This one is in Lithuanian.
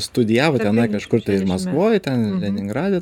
studijavo tenai kažkur tai maskvoj ten leningrade